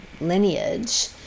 lineage